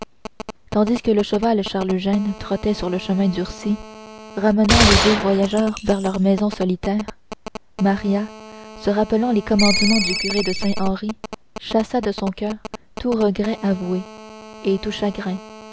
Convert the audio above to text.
tandis que le cheval charles eugène trottait sur le chemin durci ramenant les deux voyageurs vers leur maison solitaire maria se rappelant les commandements du curé de saint henri chassa de son coeur tout regret avoué et tout